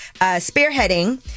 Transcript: spearheading